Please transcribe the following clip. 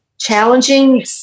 challenging